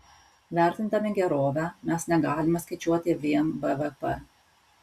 vertindami gerovę mes negalime skaičiuoti vien bvp